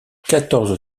quatorze